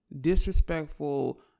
disrespectful